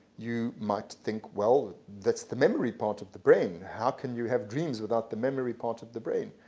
you might think, well that's the memory part of the brain, how can you have dreams without the memory part of the brain?